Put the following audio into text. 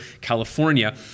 California